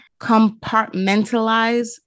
compartmentalize